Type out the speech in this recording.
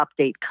update